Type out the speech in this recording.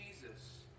Jesus